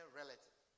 relative